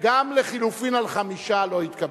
גם לחלופין על חמישה לא התקבלו.